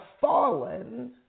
fallen